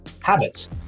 habits